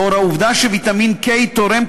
לאור העובדה שוויטמין K תורם,